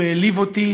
הוא העליב אותי,